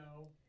No